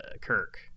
Kirk